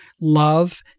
love